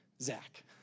Zach